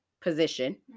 position